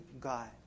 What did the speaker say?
God